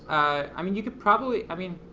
i mean, you could probably, i mean,